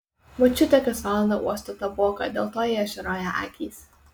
močiutė kas valandą uosto taboką dėl to jai ašaroja akys